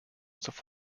unserer